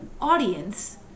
audience